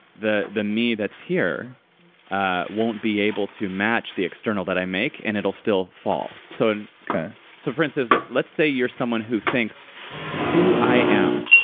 the the me that's here ah won't be able to match the external that i make and it'll still fall. so and so for instance, let's say you're someone who thinks who i am.